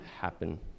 happen